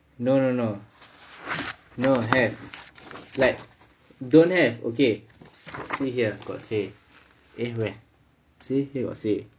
no no no no have like don't have okay see here got say eh where see here got say